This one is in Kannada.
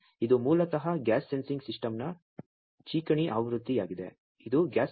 ಆದ್ದರಿಂದ ಇದು ಮೂಲತಃ ಗ್ಯಾಸ್ ಸೆನ್ಸಿಂಗ್ ಸಿಸ್ಟಮ್ನ ಚಿಕಣಿ ಆವೃತ್ತಿಯಾಗಿದೆ